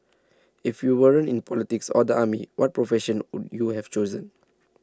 if you weren't in politics or the army what profession would you have chosen